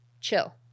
chill